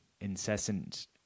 incessant